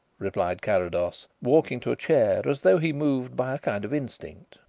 replied carrados, walking to a chair as though he moved by a kind of instinct.